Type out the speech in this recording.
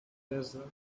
desert